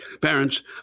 Parents